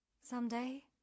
Someday